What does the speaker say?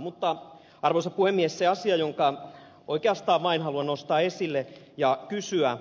mutta arvoisa puhemies se asia jonka oikeastaan vain haluan nostaa esille ja kysyä